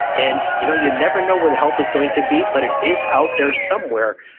and you know you never know where the help is going to be, but it is out there somewhere,